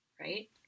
right